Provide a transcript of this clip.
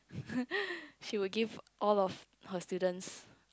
she would give all of her students